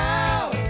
out